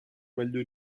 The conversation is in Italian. meglio